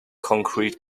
concrete